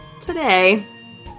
today